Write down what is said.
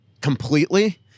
completely